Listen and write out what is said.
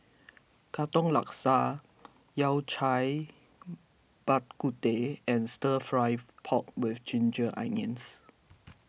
Katong Laksa Yao Cai Bak Kut Teh and Stir Fried Pork with Ginger Onions